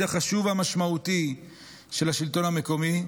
החשוב והמשמעותי של השלטון המקומי,